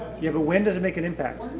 yeah but when does it make an impact?